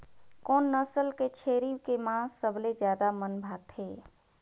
कोन नस्ल के छेरी के मांस सबले ज्यादा मन भाथे?